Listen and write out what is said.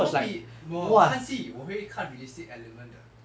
I won't be 我看戏我会看 realistic element 的